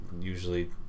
usually